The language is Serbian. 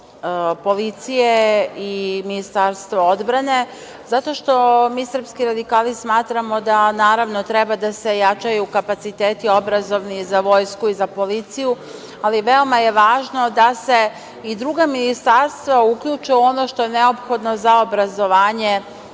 policije i Ministarstvo odbrane zato što mi srpski radikali smatramo da treba da se jačaju kapaciteti obrazovni za vojsku i za policiju, ali veoma je važno da se i druga ministarstva uključe u ono što je neophodno za obrazovanje